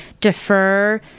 defer